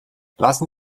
lassen